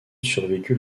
survécut